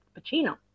Pacino